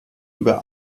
über